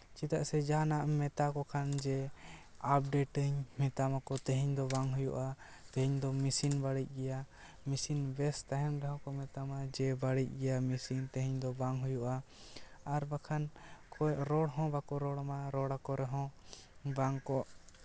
ᱪᱫᱟᱜ ᱥᱮ ᱡᱟᱦᱟᱱᱟᱜ ᱢᱮᱛᱟ ᱠᱚ ᱠᱷᱟᱱ ᱡᱮ ᱟᱯᱰᱮᱴᱤᱧ ᱢᱮᱛᱟ ᱢᱟᱠᱚ ᱛᱮᱦᱮᱧ ᱫᱚ ᱵᱟᱝ ᱦᱩᱭᱩᱜᱼᱟ ᱛᱮᱦᱮᱧ ᱫᱚ ᱢᱮᱥᱤᱱ ᱵᱟᱹᱲᱤᱡ ᱜᱮᱭᱟ ᱢᱮᱥᱤᱱ ᱵᱮᱥ ᱛᱟᱦᱮᱱ ᱨᱮᱦᱚᱸ ᱢᱮᱛᱟᱢᱟ ᱡᱮ ᱵᱟᱹᱲᱤᱡ ᱜᱮᱭᱟ ᱢᱮᱥᱤᱱ ᱛᱮᱦᱮᱧ ᱫᱚ ᱵᱟᱝ ᱦᱩᱭᱩᱜᱼᱟ ᱟᱨ ᱵᱟᱠᱷᱟᱱ ᱨᱚᱲ ᱦᱚᱸ ᱵᱟᱠᱚ ᱨᱚᱲ ᱟᱢᱟ ᱨᱚᱲ ᱟᱠᱚ ᱨᱮᱦᱚᱸ ᱵᱟᱝ ᱠᱚ